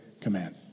command